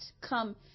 come